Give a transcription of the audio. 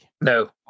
No